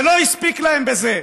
ולא הספיק להם זה,